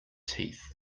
teeth